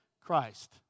Christ